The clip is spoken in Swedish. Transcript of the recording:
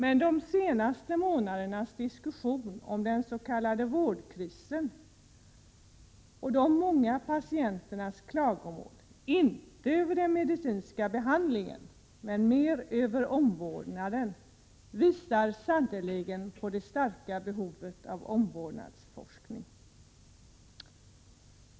Men de senaste månadernas diskussion om den s.k. vårdkrisen och de många patienternas klagomål — inte på den medicinska behandlingen, utan på omvårdnaden — visar sannerligen på det stora behovet av omvårdnadsforskning.